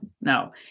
no